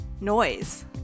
noise